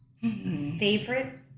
Favorite